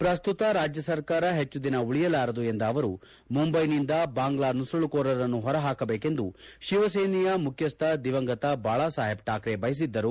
ಪ್ರಸ್ತುತ ರಾಜ್ಯ ಸರ್ಕಾರ ಹೆಚ್ಚು ದಿನ ಉಳಿಯಲಾರದು ಎಂದ ಅವರು ಮುಂಬೈನಿಂದ ಬಾಂಗ್ಲಾ ನುಸುಳುಕೋರರನ್ನು ಹೊರಹಾಕಬೇಕೆಂದು ಶಿವಸೇನೆಯ ಮುಖ್ಯಸ್ವ ದಿವಂಗತ ಬಾಳಾಸಾಹೇಬ್ ಠಾಕ್ರೆ ಬಯಸಿದ್ದರು